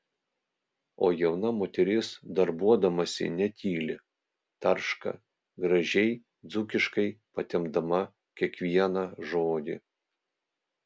o jauna moteris darbuodamasi netyli tarška gražiai dzūkiškai patempdama kiekvieną žodį